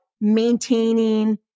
maintaining